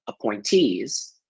appointees